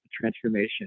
transformation